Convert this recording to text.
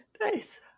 nice